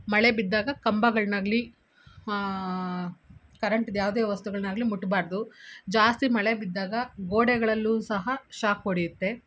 ಮಳೆ ಬಿದ್ದಾಗ ಕಂಬಗಳನ್ನಾಗಲಿ ಕರೆಂಟ್ದು ಯಾವುದೇ ವಸ್ತುಗಳನ್ನಾಗಲಿ ಮುಟ್ಬಾರ್ದು ಜಾಸ್ತಿ ಮಳೆ ಬಿದ್ದಾಗ ಗೋಡೆಗಳಲ್ಲೂ ಸಹ ಶಾಕ್ ಹೊಡೆಯುತ್ತೆ